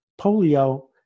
polio